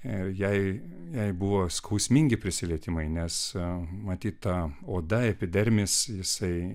ir jai jai buvo skausmingi prisilietimai nes matyt ta oda epidermis jisai